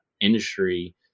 industry